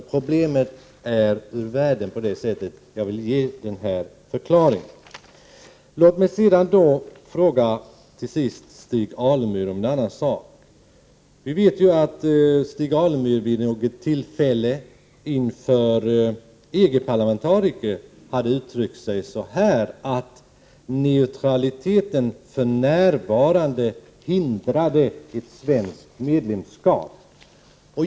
Därmed anser jag problemet vara ur världen. Till sist: Vi vet att Stig Alemyr vid något tillfälle inför EG-parlamentariker har sagt att neutraliteten för närvarande hindrar ett svenskt medlemskap.